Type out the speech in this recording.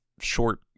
short